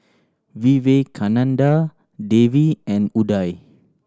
Vivekananda Devi and Udai